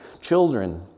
children